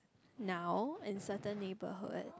now in certain neighbourhood